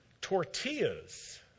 tortillas